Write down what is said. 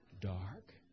dark